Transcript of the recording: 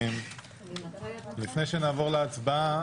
לפני שנעבור להצבעה,